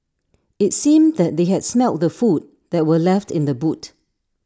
IT seemed that they had smelt the food that were left in the boot